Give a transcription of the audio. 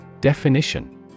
Definition